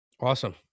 Awesome